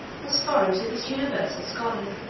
was foreign to this universal scholar,